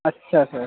अच्छा सर